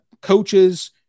coaches